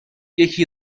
یکی